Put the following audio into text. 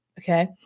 Okay